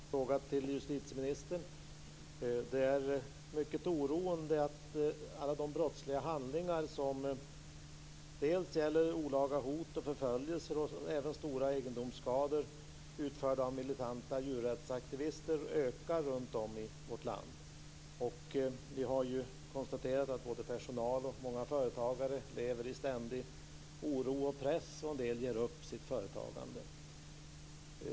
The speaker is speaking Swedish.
Fru talman! Jag har en fråga till justitieministern. Det är mycket oroande att alla de brottsliga handlingar - olaga hot, förföljelser och stora egendomsskador - som utförs av militanta djurrättsaktivister ökar runtom i vårt land. Vi har ju konstaterat att både personal och många företagare lever i ständig oro och press. En del ger upp sitt företagande.